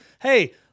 hey